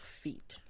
feet